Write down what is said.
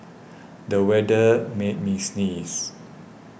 the weather made me sneeze